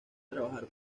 trabajar